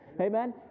Amen